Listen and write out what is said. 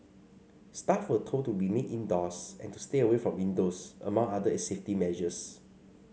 staff were told to remain indoors and to stay away from windows among other safety measures